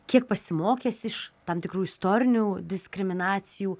kiek pasimokęs iš tam tikrų istorinių diskriminacijų